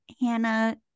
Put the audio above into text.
Hannah